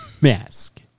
mask